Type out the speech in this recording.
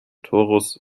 torus